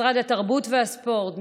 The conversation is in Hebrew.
משרד התרבות והספורט,